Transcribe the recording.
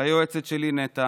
ליועצת שלי נטע,